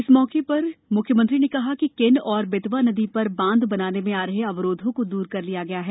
इस मौके पर मुख्यमंत्री ने कहा कि कैन और बेतवा नदी पर बांध बनाने में आ रहे अवरोधों को दूर कर लिया गया है